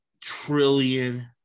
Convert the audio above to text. trillion